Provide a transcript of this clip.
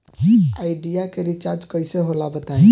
Idea के recharge कइसे होला बताई?